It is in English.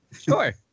Sure